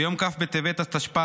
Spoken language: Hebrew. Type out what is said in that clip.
ביום כ' בטבת התשפ"ה,